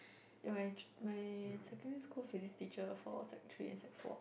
in my my secondary school Physic teacher for sec three and sec four